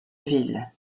ville